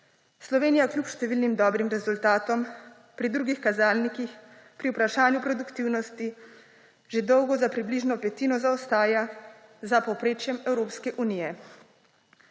Slovenija kljub številnim dobrim rezultatom pri drugih kazalnikih pri vprašanju produktivnosti že dolgo za petino zaostaja za povprečjem Evropske unije.